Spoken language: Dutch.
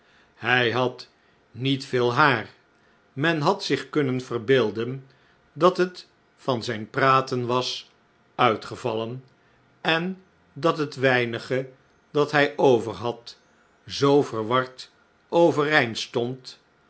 hij had niet veel haar men had zich kunnen verbeelden dat het van zijn praten was uitgevallen en dat het weinige dat hij overhad zoo verward